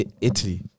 Italy